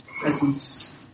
presence